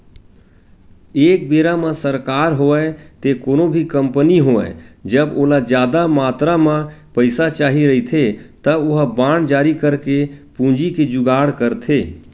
एक बेरा म सरकार होवय ते कोनो भी कंपनी होवय जब ओला जादा मातरा म पइसा चाही रहिथे त ओहा बांड जारी करके पूंजी के जुगाड़ करथे